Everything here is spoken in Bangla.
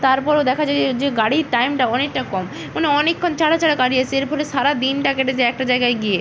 তারপরেও দেখা যায় যে গাড়ির টাইমটা অনেকটা কম মানে অনেকক্ষণ ছাড়া ছাড়া গাড়ি এসেছে এর ফল সারা দিনটা কেটে যায় একটা জায়গায় গিয়ে